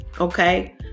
okay